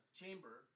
chamber